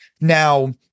Now